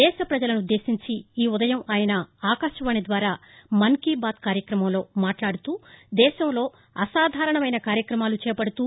దేశ ప్రజలనుద్దేశించి ఈ ఉదయం ఆయన ఆకాశవాణి ద్వారా మన్ కీ బాత్ కార్వక్రమంలో మాట్లాడుతూదేశంలో అసాధారణమైన కార్యక్రమాలు చేపడుతూ